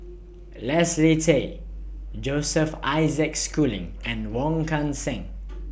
Leslie Tay Joseph Isaac Schooling and Wong Kan Seng